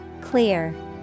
Clear